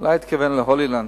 אולי הוא התכוון ל"הולילנד",